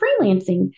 freelancing